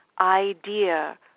idea